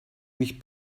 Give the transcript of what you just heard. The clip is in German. mich